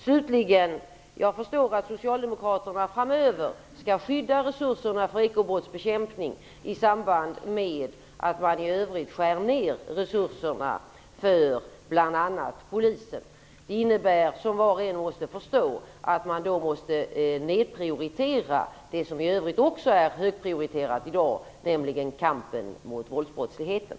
Jag förstår slutligen att socialdemokraterna framöver skall skydda resurserna för ekobrottsbekämpning i samband med att de skär ned resurserna för bl.a. polisen i övrigt. Det innebär, som var och en förstår, att man måste nedprioritera det som i övrigt också är högprioriterat i dag, nämligen kampen mot våldsbrottsligheten.